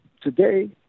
today